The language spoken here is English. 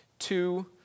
Two